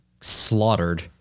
slaughtered